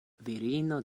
virino